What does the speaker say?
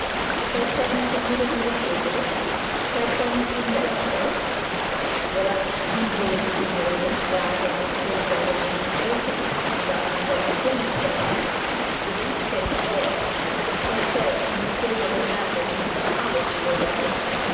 zyt gy niet de moeder uwer kinderen zyt gy niet hunne leidsvrouw wel aan wien zullen de kinderen toch vragen het geen zy wenschen te weten en waar van zy onkundig zyn bedenkt het eens wel zyt gy in die tedere jaaren niet alles voor hen